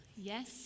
yes